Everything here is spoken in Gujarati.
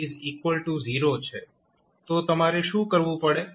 તો તમારે શું કરવું પડે